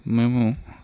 మేము